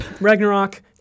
Ragnarok